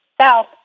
south